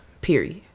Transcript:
Period